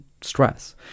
stress